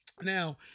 Now